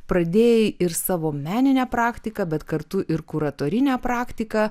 pradėjai ir savo meninę praktiką bet kartu ir kuratorinę praktiką